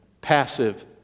passive